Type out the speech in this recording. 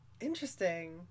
Interesting